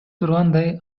тургандай